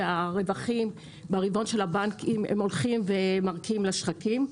הרווחים ברבעון של הבנקים הולכים ומרקיעים לשחקים,